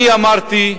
אני אמרתי,